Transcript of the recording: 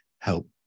help